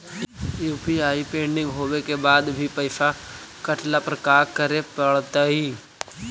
UPI pending होवे के बाद भी पैसा कटला पर का करे पड़तई?